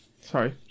Sorry